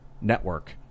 network